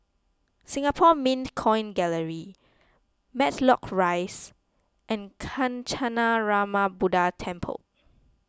Singapore Mint Coin Gallery Matlock Rise and Kancanarama Buddha Temple